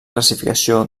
classificació